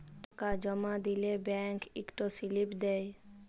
টাকা জমা দিলে ব্যাংক ইকট সিলিপ দেই